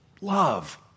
love